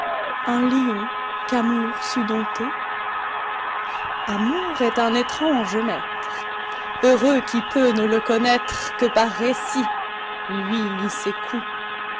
un lion qu'amour sut dompter amour est un étrange maître heureux qui peut ne le connaître que par récit lui ni ses coups